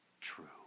true